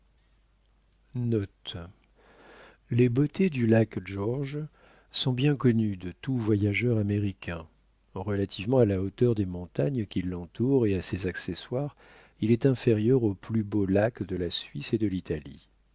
les beautés du lac george sont bien connues de tout voyageur américain relativement à la hauteur des montagnes qui l'entourent et à ses accessoires il est inférieur aux plus beaux lacs de la suisse et de l'italie